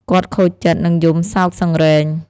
គាត់ខូចចិត្ត និងយំសោកសង្រេង។